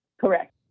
Correct